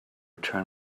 turn